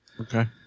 Okay